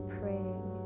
praying